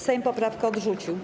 Sejm poprawkę odrzucił.